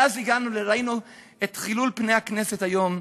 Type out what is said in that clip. ואז ראינו את חילול פני הכנסת היום.